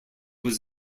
was